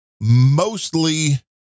mostly